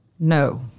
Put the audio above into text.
No